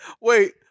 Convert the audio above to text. wait